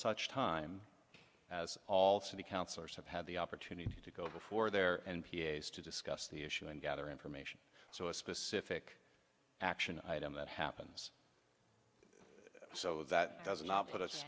such time as all city councillors have had the opportunity to go before their n p s to discuss the issue and gather information so a specific action item that happens so that does not put